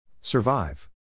Survive